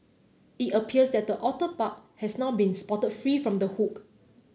it appears that the otter pup has now been spotted free from the hook